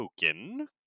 token